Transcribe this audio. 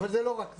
אבל לא רק זה,